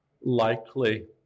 likely